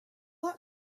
that